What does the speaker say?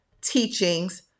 teachings